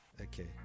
Okay